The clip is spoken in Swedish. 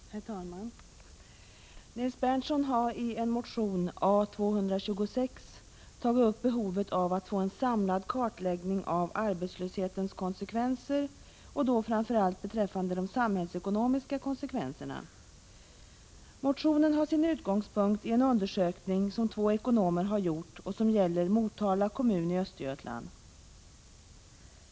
Herr talman! Nils Berndtson har i en motion A226 tagit upp behovet av att få en samlad kartläggning av arbetslöshetens konsekvenser, framför allt de samhällsekonomiska konsekvenserna. Motionen har sin utgångspunkt i en undersökning som två ekonomer har gjort och som gäller Motala kommun i Östergötland.